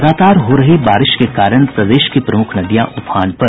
लगातार हो रही बारिश के कारण प्रदेश की प्रमुख नदियां उफान पर